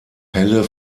helle